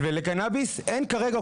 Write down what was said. ולקנביס אין כרגע.